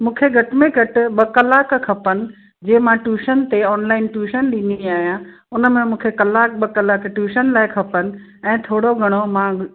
मूंखे घटि में घटि ॿ कलाक खपनि जंहिं मां ट्यूशन ते ऑन लाइन ट्यूशन ॾींदी आहियां उन में मूंखे कलाक ॿ कलाक ट्यूशन लाइ खपनि ऐं थोरो घणो मां